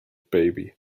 baby